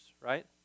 right